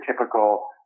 typical